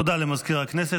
תודה למזכיר הכנסת.